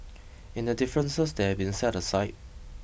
in the differences that have been set aside